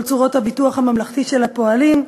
כל צורות הביטוח הממלכתי של הפועלים,